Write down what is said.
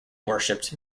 worshipped